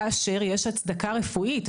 כאשר יש הצדקה רפואית,